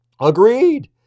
Agreed